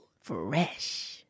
fresh